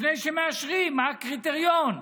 לפני שמאשרים, מה הקריטריון,